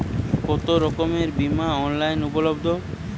কতোরকমের বিমা অনলাইনে উপলব্ধ?